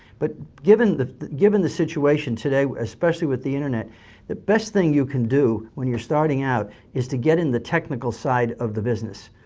but given the given the situation today especially with the internet the best thing you can do when you're starting out is to get in the technical side of the business.